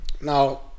Now